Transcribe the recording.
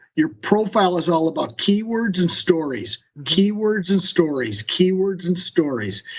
your profile is all about keywords and stories, keywords and stories, keywords and stories.